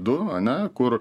du ane kur